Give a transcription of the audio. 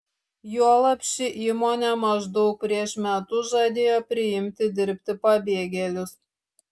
juolab ši įmonė maždaug prieš metus žadėjo priimti dirbti pabėgėlius